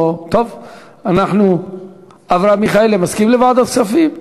טוב, אברהם מיכאלי מסכים לוועדת כספים?